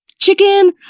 Chicken